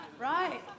Right